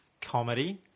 comedy